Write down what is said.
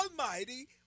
Almighty